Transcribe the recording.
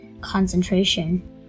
concentration